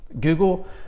Google